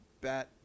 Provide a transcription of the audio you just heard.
bat